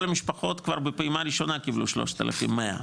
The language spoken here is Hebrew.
המשפחות כבר בפעימה הראשונה קיבלו 3,100,